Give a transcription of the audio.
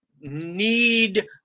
need